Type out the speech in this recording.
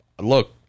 look